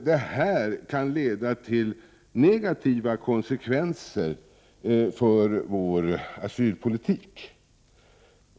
Det kan leda till negativa konsekvenser för vår asylpolitik.